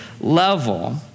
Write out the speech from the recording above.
level